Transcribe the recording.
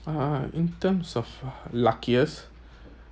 uh in terms of luckiest